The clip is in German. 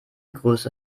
größe